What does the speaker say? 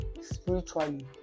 spiritually